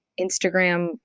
Instagram